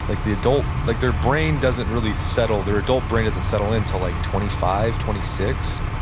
like the adult, like their brain doesn't really settle, their adult brain doesn't settle in until like twenty five, twenty six?